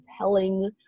compelling